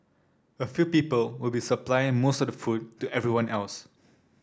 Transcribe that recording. a few people will be supplying most of the food to everyone else